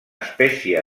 espècie